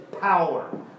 power